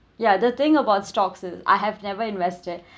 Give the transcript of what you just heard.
ya the thing about stocks is I have never invested